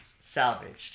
salvaged